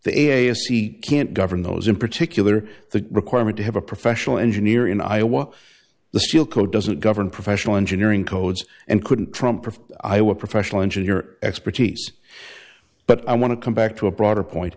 c can't govern those in particular the requirement to have a professional engineer in iowa the steel co doesn't govern professional engineering codes and couldn't trump iowa professional engineer expertise but i want to come back to a broader point